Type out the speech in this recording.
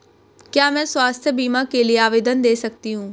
क्या मैं स्वास्थ्य बीमा के लिए आवेदन दे सकती हूँ?